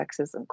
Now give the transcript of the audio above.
sexism